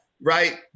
right